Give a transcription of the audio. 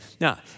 Now